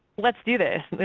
let's do this.